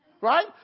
Right